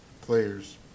players